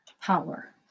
Power